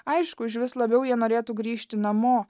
aišku užvis labiau jie norėtų grįžti namo